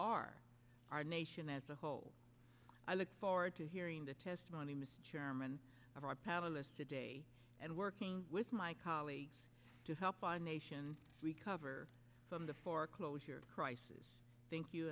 our our nation as a whole i look forward to hearing the testimony mr chairman of our powerless today and working with my colleagues to help our nation we cover from the foreclosure crisis thank you